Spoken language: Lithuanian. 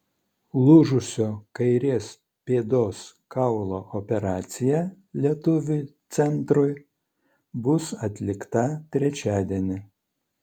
lūžusio kairės pėdos kaulo operacija lietuviui centrui bus atlikta trečiadienį